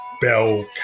bell